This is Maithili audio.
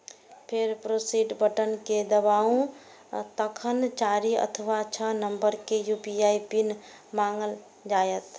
फेर प्रोसीड बटन कें दबाउ, तखन चारि अथवा छह नंबर के यू.पी.आई पिन मांगल जायत